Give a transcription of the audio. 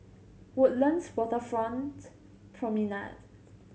Woodlands Waterfront Promenade